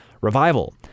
Revival